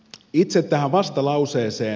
itse tähän vastalauseeseen